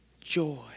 Joy